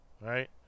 Right